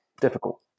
difficult